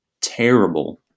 terrible